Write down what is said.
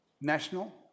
national